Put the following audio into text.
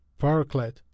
paraclet